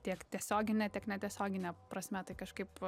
tiek tiesiogine tiek netiesiogine prasme tai kažkaip